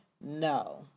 No